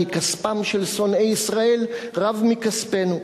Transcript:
כי כספם של שונאי ישראל רב מכספנו.